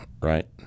right